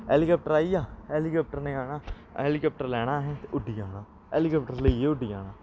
helicopter आई गेआ helicopter ने आना हैलीकप्टर लैना असें ते उड्डी जाना हैलीकप्टर लेइयै उड्डी जाना